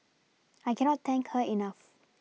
I cannot thank her enough